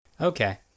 Okay